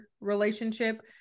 relationship